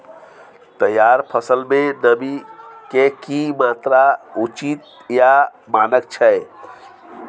तैयार फसल में नमी के की मात्रा उचित या मानक छै?